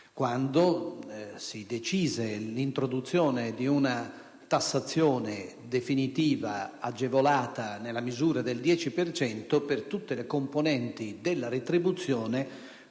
quando si decise l'introduzione di una tassazione definitiva agevolata, nella misura del 10 per cento, per tutte le componenti della retribuzione